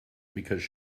because